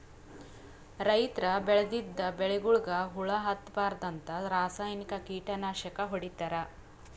ರೈತರ್ ಬೆಳದಿದ್ದ್ ಬೆಳಿಗೊಳಿಗ್ ಹುಳಾ ಹತ್ತಬಾರ್ದ್ಂತ ರಾಸಾಯನಿಕ್ ಕೀಟನಾಶಕ್ ಹೊಡಿತಾರ್